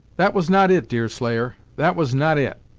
that was not it, deerslayer that was not it.